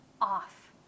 off